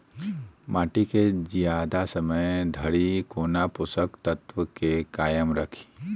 माटि केँ जियादा समय धरि कोना पोसक तत्वक केँ कायम राखि?